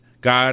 God